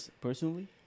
personally